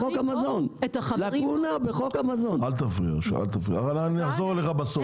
אל תפריע, אני אחזור אליך בסוף.